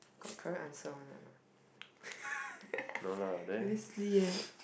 got correct answer [one] or not eh let's see eh